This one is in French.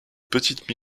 petites